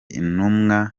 intumwa